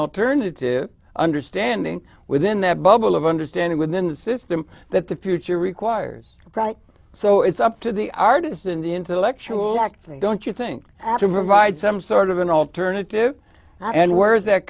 alternative understanding within that bubble of understanding within the system that the future requires right so it's up to the artist and the intellectual act they don't you think after provide some sort of an alternative and where is that